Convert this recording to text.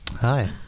Hi